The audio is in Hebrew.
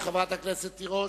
תודה רבה לחברת הכנסת תירוש.